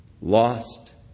Lost